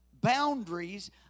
boundaries